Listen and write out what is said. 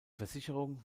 versicherung